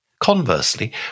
Conversely